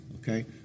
okay